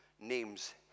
names